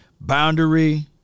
Boundary